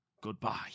goodbye